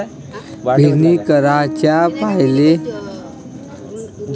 पेरणी कराच्या पयले बियान्याले का लावाव?